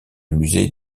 musée